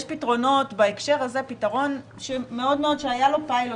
בהקשר הזה פתרון שהיה לו פיילוט,